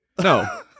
No